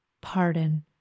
pardon